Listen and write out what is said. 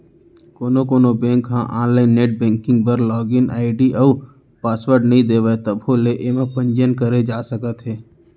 कोनो कोनो बेंक ह आनलाइन नेट बेंकिंग बर लागिन आईडी अउ पासवर्ड नइ देवय तभो ले एमा पंजीयन करे जा सकत हे